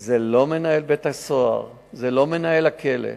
הוא לא מנהל בית-הסוהר, לא מנהל הכלא,